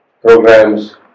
programs